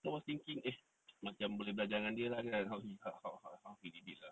I was thinking eh macam boleh belajar dengan dia lah kan how he how how how he did lah